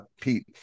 Pete